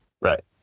Right